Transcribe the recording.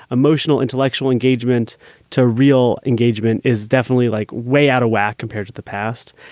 emotional intellectual engagement to real engagement is definitely like way out of whack compared to the past.